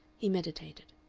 he meditated.